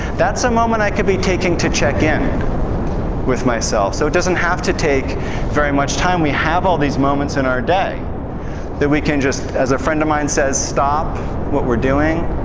that's a moment i could be taking to check in with myself, so it doesn't have to take very much time, we have all these moments in our day that we can, as friend of mine says, stop what we're doing,